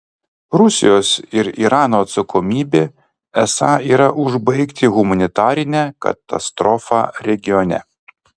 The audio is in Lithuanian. rusijos ir irano atsakomybė esą yra užbaigti humanitarinę katastrofą regione